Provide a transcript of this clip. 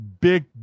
big